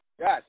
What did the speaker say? Yes